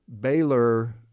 Baylor